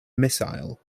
missile